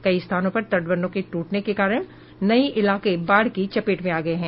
कई स्थानों पर तटबंधों के ट्रटने के कारण नये इलाके बाढ़ की चपेट में आ गये हैं